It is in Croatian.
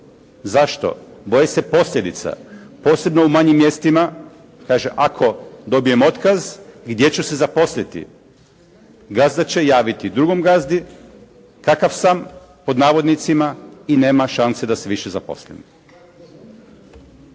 Zašto? Boje se posljedica, posebno u manjim mjestima, kaže, ako dobijem otkaz, gdje ću se zaposliti, gazda će javiti drugom gazdi, kakav sam, pod navodnicima, i nema šanse da se više zaposlim.